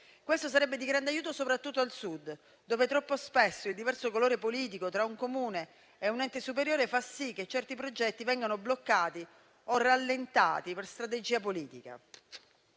Questo sarebbe di grande aiuto soprattutto al Sud, dove, troppo spesso, il diverso colore politico tra un Comune e un ente superiore fa sì che certi progetti vengano bloccati o rallentati per strategia politica.